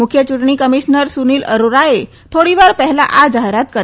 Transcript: મુખ્ય યૂંટણી કમિશ્નર સુનિલ અરોરાએ થોડી વાર પહેલાં આ જાહેરાત કરી